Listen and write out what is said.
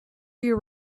your